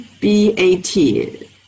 B-A-T